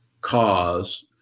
cause